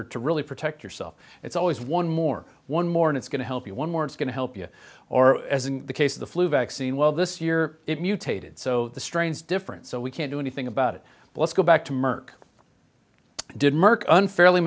er to really protect yourself it's always one more one more and it's going to help you one more it's going to help you or as in the case of the flu vaccine well this year it mutated so the strains different so we can't do anything about it let's go back to merck did merck unfairly